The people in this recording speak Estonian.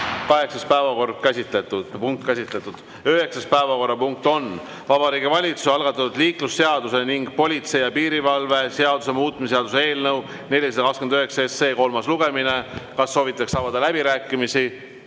päevakorrapunkt on käsitletud. Üheksas päevakorrapunkt on Vabariigi Valitsuse algatatud liiklusseaduse ning politsei ja piirivalve seaduse muutmise seaduse eelnõu 429 kolmas lugemine. Kas soovitakse avada läbirääkimisi?